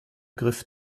griff